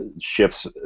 shifts